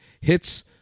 hits